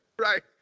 Right